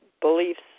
beliefs